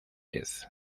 vez